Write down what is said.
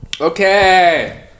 Okay